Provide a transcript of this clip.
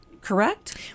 correct